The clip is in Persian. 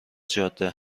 جاده